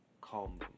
calm